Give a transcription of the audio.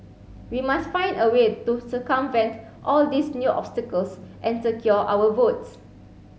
we must find a way to circumvent all these new obstacles and secure our votes